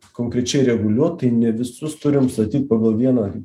konkrečiai reguliuot tai ne visus turim statyt pagal vieną